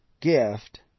gift